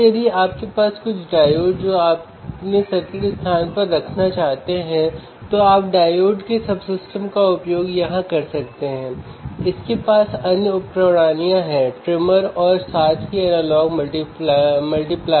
यदि मैं इस विशेष फैशन में जोड़ता हूं तो मुझे लाभ 12R2R1 मिला